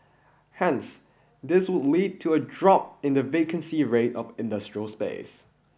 hence this would lead to a drop in the vacancy rate of industrial space